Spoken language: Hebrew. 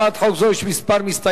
חבר הכנסת דוד אזולאי.